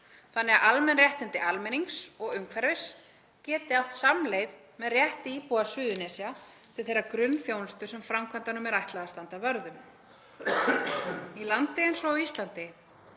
þannig að almenn réttindi almennings og umhverfis geti átt samleið með rétti íbúa Suðurnesja til þeirrar grunnþjónustu sem framkvæmdunum er ætlað að standa vörð um. Í landi eins og Íslandi,